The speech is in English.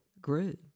grew